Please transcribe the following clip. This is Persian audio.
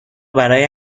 برای